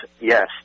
yes